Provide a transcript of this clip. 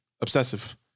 obsessive